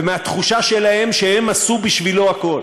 ומהתחושה שלהם שהם עשו בשבילו הכול.